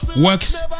works